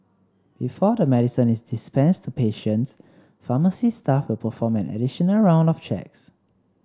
before the medicine is dispensed to patients pharmacy staff will perform an additional round of checks